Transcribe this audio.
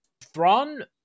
Thrawn